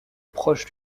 proche